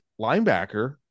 linebacker